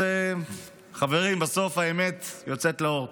אז חברים, בסוף האמת יוצאת לאור.